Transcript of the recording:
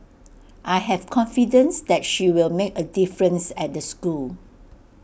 I have confidence that she'll make A difference at the school